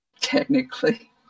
Technically